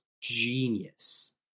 genius